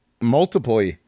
multiply